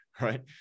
right